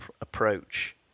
approach